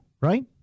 right